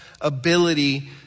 ability